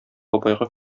бабайга